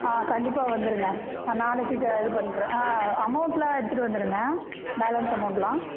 ஆ கண்டிப்பாக வந்துருங்க நான் நாளைக்கு இது இது பண்ணுறேன் அமௌண்ட்லாம் எடுத்துகிட்டு வந்துருங்க பேலன்ஸ் அமௌண்ட்லாம்